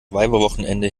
weiberwochenende